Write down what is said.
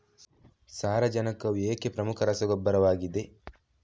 ಸಾರಜನಕವು ಏಕೆ ಪ್ರಮುಖ ರಸಗೊಬ್ಬರವಾಗಿದೆ?